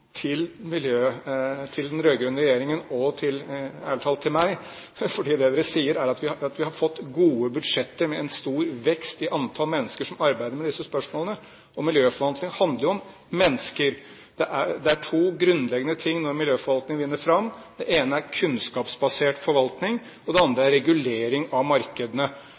til den rød-grønne regjeringen, og, ærlig talt, til meg. For det de sier, er at vi har fått gode budsjetter, med en stor vekst i antall mennesker som arbeider med disse spørsmålene. Og miljøforvaltning handler jo om mennesker. Det er to ting som er grunnleggende når miljøforvaltningen vinner fram: Det ene er kunnskapsbasert forvaltning, og det andre er regulering av markedene.